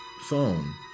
phone